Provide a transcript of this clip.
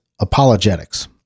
apologetics